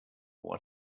what